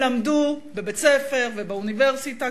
הם למדו בבית-ספר ובאוניברסיטה,